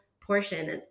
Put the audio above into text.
portion